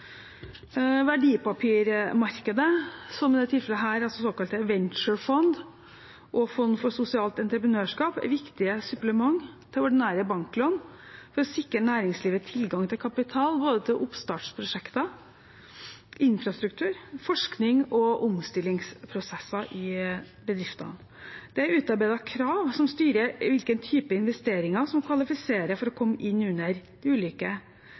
Verdipapirmarkedet, i dette tilfellet såkalte venturefond og fond for sosialt entreprenørskap, er viktige supplement til ordinære banklån for å sikre næringslivet tilgang til kapital både til oppstartsprosjekter, infrastruktur, forskning og omstillingsprosesser i bedriftene. Det er utarbeidet krav som styrer hvilke typer investeringer som kvalifiserer for å komme inn under de tre ulike